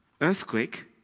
Earthquake